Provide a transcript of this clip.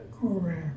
Correct